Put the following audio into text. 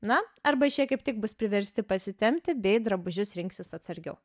na arba šie kaip tik bus priversti pasitempti bei drabužius rinksis atsargiau